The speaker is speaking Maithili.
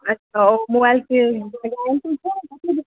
अच्छा ओ मोबाइल के गारण्टी छै